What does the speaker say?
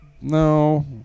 No